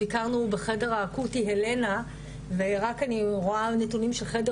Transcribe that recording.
ביקרנו בחדר האקוטי הלנה ואני רואה נתונים רק של חדר